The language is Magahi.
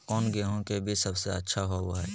कौन गेंहू के बीज सबेसे अच्छा होबो हाय?